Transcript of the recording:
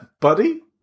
Buddy